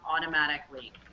automatically